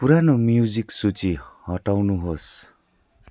पुरानो म्युजिक सूची हटाउनुहोस्